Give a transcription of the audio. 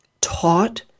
taught